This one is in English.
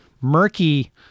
murky